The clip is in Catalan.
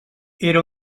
era